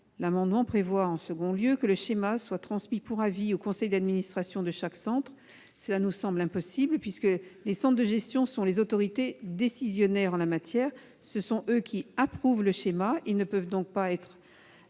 second lieu, il est proposé que le schéma soit transmis pour avis au conseil d'administration de chaque centre. Cela nous semble impossible, puisque les centres de gestion sont les autorités décisionnaires en la matière : dans la mesure où ils approuvent le schéma, ils ne peuvent pas en